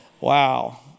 Wow